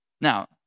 Now